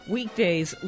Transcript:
Weekdays